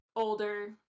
Older